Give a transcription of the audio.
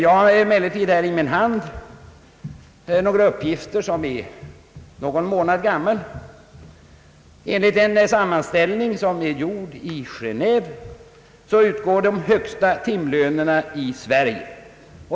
Jag har emellertid här i min hand några uppgifter som är några månader gamla. Det är en sammanställning som är gjord i Genéve, och enligt denna utgår de högsta timlönerna i Sverige.